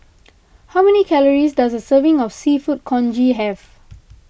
how many calories does a serving of Seafood Congee have